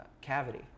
cavity